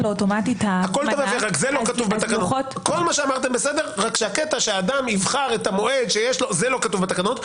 כל מה שאמרתם בסדר רק שהקטע שאדם יבחר את המועד זה לא כתוב בתקנות.